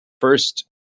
first